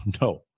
no